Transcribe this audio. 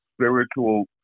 spiritual